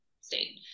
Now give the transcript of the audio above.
state